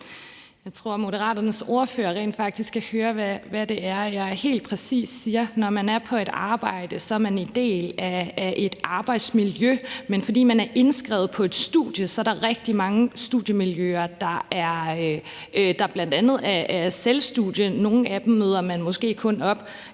Jeg tror, Moderaternes ordfører rent faktisk skal høre, hvad det er, jeg helt præcis siger: Når man er på et arbejde, er man en del af et arbejdsmiljø, men når man er indskrevet på et studie, er der rigtig mange studiemiljøer, der er bl.a. er selvstudie. Nogle af dem møder man måske kun op